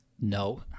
No